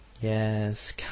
Yes